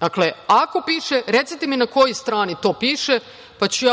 Dakle, ako piše recite mi na kojoj strani to piše, pa ću se